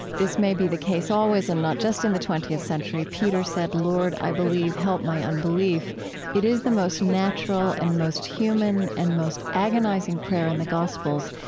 this may be the case always and not just in the twentieth century. peter said, lord, i believe. help my unbelief it is the most natural and most human and most agonizing prayer in the gospels,